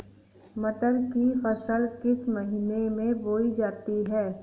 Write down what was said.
मटर की फसल किस महीने में बोई जाती है?